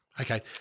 Okay